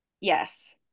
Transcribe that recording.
yes